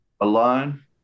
alone